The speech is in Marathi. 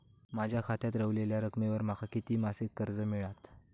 माझ्या खात्यात रव्हलेल्या रकमेवर माका किती मासिक कर्ज मिळात?